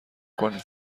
کنین